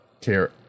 care